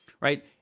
right